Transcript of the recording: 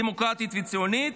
דמוקרטית וציונית,